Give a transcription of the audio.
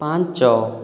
ପାଞ୍ଚ